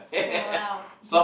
!wow!